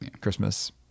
Christmas